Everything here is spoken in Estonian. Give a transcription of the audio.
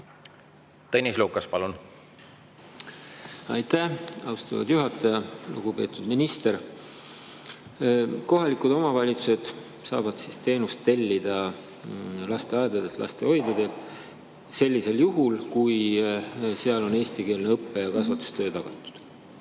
Tõnis Lukas, palun! Aitäh, austatud juhataja! Lugupeetud minister! Kohalikud omavalitsused saavad teenust tellida lasteaedadest ja lastehoidudest sellisel juhul, kui seal on eestikeelne õppe‑ ja kasvatustöö tagatud.